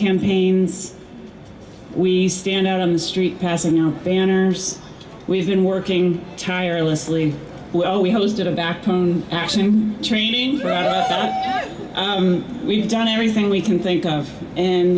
campaigns we stand out on the street passing out banners we've been working tirelessly well we hosted a backbone asim training we've done everything we can think of and